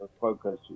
focus